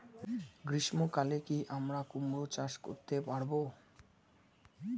গ্রীষ্ম কালে কি আমরা কুমরো চাষ করতে পারবো?